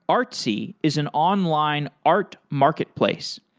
artsy is an online art marketplace.